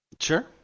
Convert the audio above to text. Sure